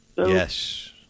Yes